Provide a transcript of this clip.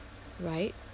right